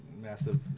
massive